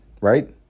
right